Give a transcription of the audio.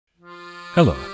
Hello